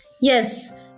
Yes